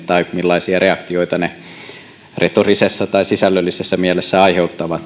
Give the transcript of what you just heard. tai millaisia reaktioita erilaiset tyylit retorisessa tai sisällöllisessä mielessä aiheuttavat